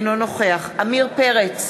אינו נוכח עמיר פרץ,